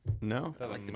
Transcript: no